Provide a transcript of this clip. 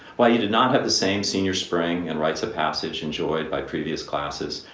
while you did not have the same senior spring and rites of passage enjoy by previous classes,